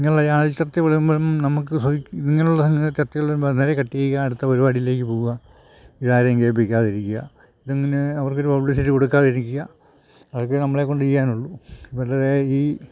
ഇങ്ങനെയുള്ള ജാതി ചർച്ച വരുമ്പോഴും നമുക്ക് ഇങ്ങനുള്ള സംഗതി തെറ്റുകൾ വരുമ്പം അന്നേരം കട്ട് ചെയ്യുക അടുത്ത പരിപാടിയിലേക്ക് പോവുക ഇവരാരേം വിജയിപ്പിക്കാതിരിക്കുക ഇത്ങ്ങനെ അവർക്കൊരു പബ്ലിസിറ്റി കൊടുക്കാതിരിക്കുക അതൊക്കെ നമ്മളെക്കൊണ്ട് ചെയ്യാനുള്ളു അവരുടെ ഈ